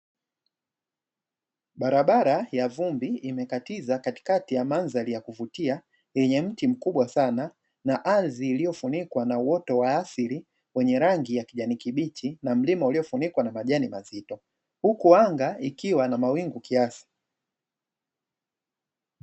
Barabara ya vumbi, imekatiza katikati ya mandhari ya kuvutia, yenye mti mkubwa sana na ardhi iliyofunikwa na uoto wa asili wenye rangi ya kijani kibichi, na mlima uliofunikwa na majani mazito. Huku anga ikiwa na mawingu kiasi.